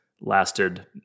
lasted